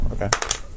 Okay